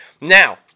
Now